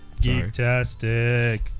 geektastic